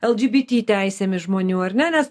lgbt teisėmis žmonių ar ne nes